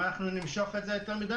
אם נמשוך את זה יותר מדי,